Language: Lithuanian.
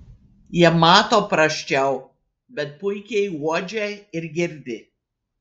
jie mato prasčiau bet puikiai uodžia ir girdi